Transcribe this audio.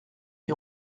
qui